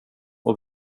och